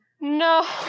No